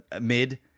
mid